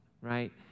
right